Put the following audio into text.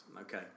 okay